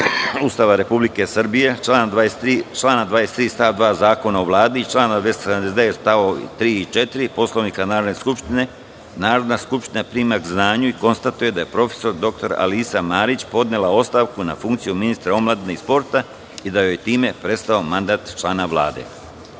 Ustava Republike Srbije, člana 23. stav 2. Zakona o Vladi i člana 279. st. 3. i 4. Poslovnika Narodne skupštine, Narodna skupština prima k znanju i konstatuje da je prof. dr Alisa Marić podnela ostavku na funkciju ministra omladine i sporta i da joj je time prestao mandat člana